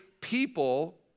people